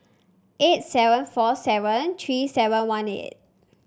eight seven four seven three seven one eight